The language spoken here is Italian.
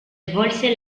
svolse